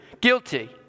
Guilty